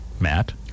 Matt